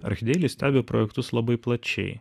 archdeili stebi projektus labai plačiai